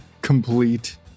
complete